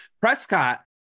Prescott